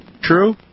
True